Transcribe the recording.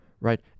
right